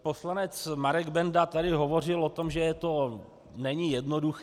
Poslanec Marek Benda tady hovořil o tom, že to není jednoduché.